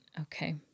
Okay